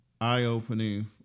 eye-opening